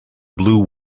blue